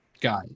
guy